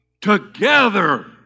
together